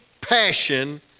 passion